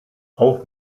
auf